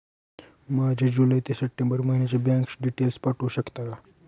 माझे जुलै ते सप्टेंबर महिन्याचे बँक डिटेल्स पाठवू शकता का?